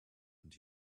and